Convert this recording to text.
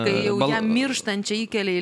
tai jau ją mirštančią įkelia į